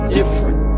different